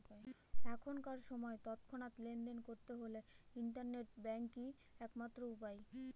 এখনকার সময় তৎক্ষণাৎ লেনদেন করতে হলে ইন্টারনেট ব্যাঙ্কই এক মাত্র উপায়